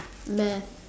math